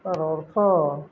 ଆର ଅର୍ଥ